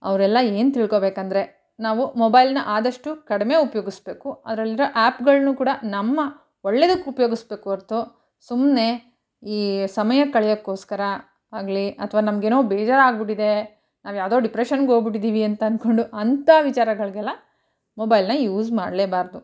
ಅವ್ರೆಲ್ಲ ಏನು ತಿಳ್ಕೊಳ್ಬೇಕಂದ್ರೆ ನಾವು ಮೊಬೈಲ್ನ ಆದಷ್ಟು ಕಡಿಮೆ ಉಪಯೋಗಿಸಬೇಕು ಅದರಲ್ಲಿರೋ ಆ್ಯಪ್ಗಳನ್ನೂ ಕೂಡ ನಮ್ಮ ಒಳ್ಳೆದಕ್ಕೆ ಉಪಯೋಗಿಸ್ಬೇಕು ಹೊರ್ತು ಸುಮ್ಮನೆ ಈ ಸಮಯ ಕಳೆಯೋಕ್ಕೋಸ್ಕರ ಆಗಲಿ ಅಥವಾ ನಮಗೇನೋ ಬೇಜಾರಾಗಿಬಿಟ್ಟಿದೆ ನಾವು ಯಾವುದೋ ಡಿಪ್ರೆಶನ್ನಿಗೆ ಹೋಗ್ಬಿಟ್ಟಿದ್ದೀವಿ ಅಂತ ಅಂದ್ಕೊಂಡು ಅಂಥ ವಿಚಾರಗಳಿಗೆಲ್ಲ ಮೊಬೈಲ್ನ ಯೂಸ್ ಮಾಡಲೇಬಾರ್ದು